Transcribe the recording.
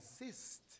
exist